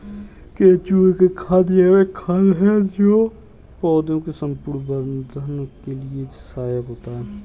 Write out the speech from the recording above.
केंचुए का खाद जैविक खाद है जो पौधे के संपूर्ण वर्धन के लिए सहायक होता है